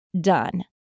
done